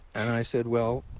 and i said, well,